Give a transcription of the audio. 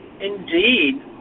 Indeed